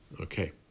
okay